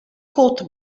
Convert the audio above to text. cóta